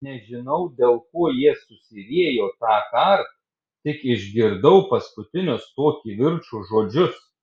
nežinau dėl ko jie susiriejo tąkart tik išgirdau paskutinius to kivirčo žodžius